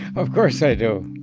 of course, i do.